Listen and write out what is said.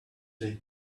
date